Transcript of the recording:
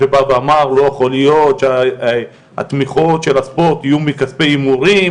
בא ואמר שלא יכול להיות שהתמיכות של הספורט יהיו מכספי הימורים,